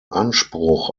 anspruch